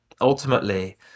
ultimately